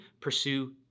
pursue